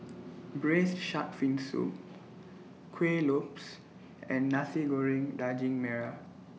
Braised Shark Fin Soup Kuih Lopes and Nasi Goreng Daging Merah